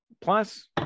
Plus